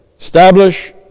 establish